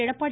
Edappadi